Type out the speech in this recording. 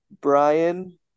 Brian